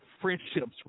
friendships